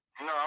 no